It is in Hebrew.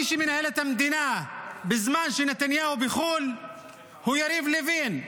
מי שמנהל את המדינה בזמן שנתניהו בחו"ל הוא יריב לוין,